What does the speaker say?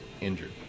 injured